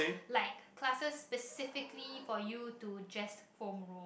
like classes specifically for you to just foam roll